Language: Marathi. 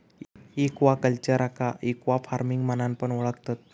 एक्वाकल्चरका एक्वाफार्मिंग म्हणान पण ओळखतत